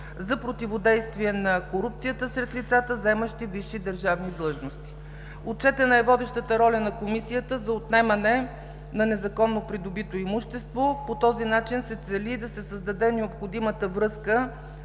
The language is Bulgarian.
за противодействие на корупцията сред лицата, заемащи висши държавни длъжности. Отчетена е водещата роля на Комисията за отнемане на незаконно придобито имущество. По този начин се цели да се създаде необходимата връзка